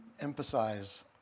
emphasize